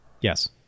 yes